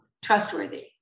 trustworthy